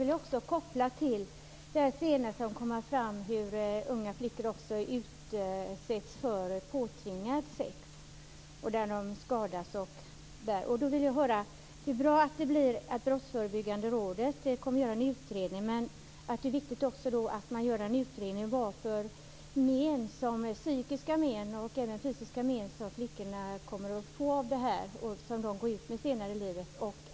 De är också kopplade till de senaste som har diskuterats om hur unga flickor utsätts för påtvingat sex. Det är bra att Brottsförebyggande rådet skall göra en utredning, men det är också viktigt att man utreder de fysiska och psykiska men som flickorna kan få av dessa våldtäkter.